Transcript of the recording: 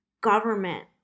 government